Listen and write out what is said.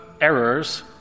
errors